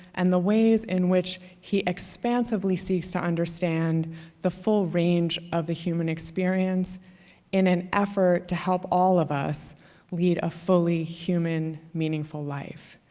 and the ways in which he expansively seeks to understand the full range of the human experience in and effort to help all of us lead a fully human, meaningful life.